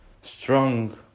strong